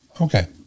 Okay